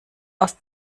aus